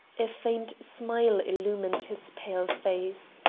a faint smile illumined his pale face.